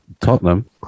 Tottenham